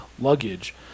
luggage